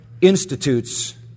Institutes